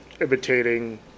imitating